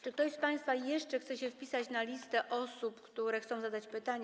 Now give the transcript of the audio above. Czy ktoś z państwa jeszcze chce się wpisać na listę osób, które chcą zadać pytanie?